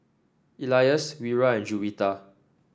Elyas Wira and Juwita